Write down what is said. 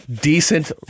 decent